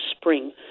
spring